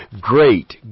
great